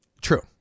True